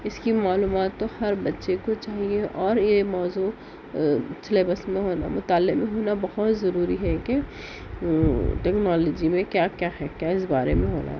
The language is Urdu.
اس کی معلومات تو ہر بچے کو چاہیے اور یہ موضوع سلیبس میں ہونا مطالعے میں ہونا بہت ضروری ہے کہ ٹیکنالوجی میں کیا کیا ہے کیا اس بارے میں ہو رہا ہے